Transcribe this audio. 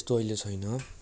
त्यस्तो अहिले छैन